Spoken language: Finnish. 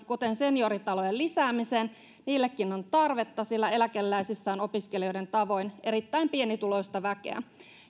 kuten senioritalojen lisäämiseen niillekin on tarvetta sillä eläkeläisissä on opiskelijoiden tavoin erittäin pienituloista väkeä